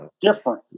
different